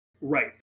Right